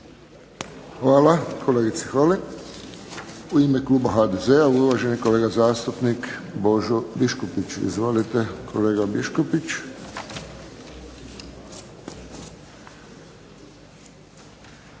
Hvala kolegice Holy. U ime kluba HDZ-a uvaženi kolega zastupnik Božo Biškupić. Izvolite kolega Biškupić.